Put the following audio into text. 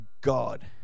God